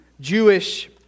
Jewish